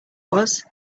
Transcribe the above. was